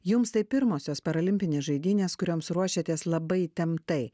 jums tai pirmosios paralimpinės žaidynės kurioms ruošiatės labai įtemptai